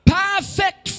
perfect